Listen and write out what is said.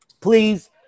please